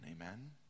Amen